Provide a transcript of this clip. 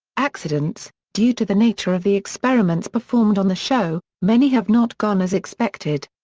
accidents due to the nature of the experiments performed on the show, many have not gone as expected.